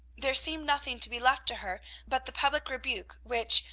there seemed nothing to be left to her but the public rebuke, which,